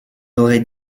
aurait